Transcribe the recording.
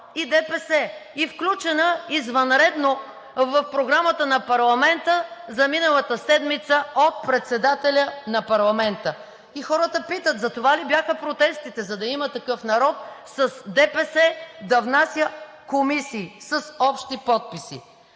и ДПС, включена извънредно в Програмата на парламента за миналата седмица от председателя на парламента. И хората питат: затова ли бяха протестите, за да „Има такъв народ“ с ДПС да внася комисии с общи подписи?